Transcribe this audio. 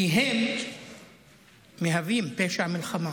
כי הן מהוות פשע מלחמה.